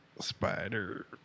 Spider